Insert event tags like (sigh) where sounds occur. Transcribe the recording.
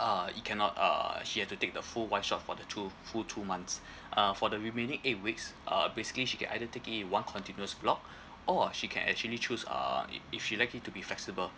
uh it cannot uh she had to take the full one shot for the two full two months (breath) uh for the remaining eight weeks uh basically she can either take it in one continuous block (breath) or she can actually choose uh i~ if she like it to be flexible